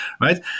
right